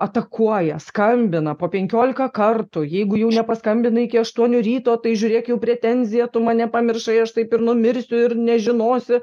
atakuoja skambina po penkiolika kartų jeigu jau nepaskambinai iki aštuonių ryto tai žiūrėk jau pretenzija tu mane pamiršai aš taip ir numirsiu ir nežinosi